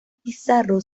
pizarro